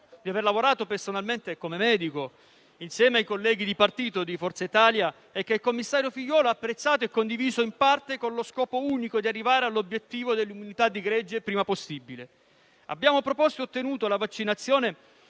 di aver lavorato personalmente come medico, insieme ai colleghi di partito di Forza Italia, e che il commissario Figliuolo ha apprezzato e condiviso in parte, con lo scopo unico di arrivare all'obiettivo dell'immunità di gregge il prima possibile. Abbiamo proposto e ottenuto la vaccinazione